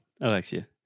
alexia